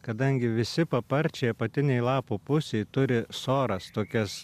kadangi visi paparčiai apatinėj lapo pusėj turi soras tokias